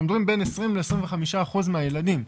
אנחנו מדברים בין 20% ל-25% מהילדים.